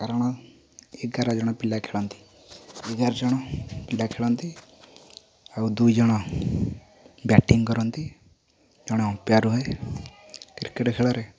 କାରଣ ଏଗାର ଜଣ ପିଲା ଖେଳନ୍ତି ଏଗାର ଜଣ ପିଲା ଖେଳନ୍ତି ଆଉ ଦୁଇ ଜଣ ବ୍ୟାଟିଙ୍ଗ କରନ୍ତି ଜଣେ ଅମପ୍ୟାର ହୁଏ କ୍ରିକେଟ ଖେଳରେ